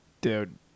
dude